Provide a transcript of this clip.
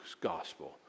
gospel